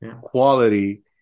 quality